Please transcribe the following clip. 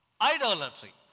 Idolatry